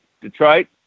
Detroit